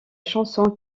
chansons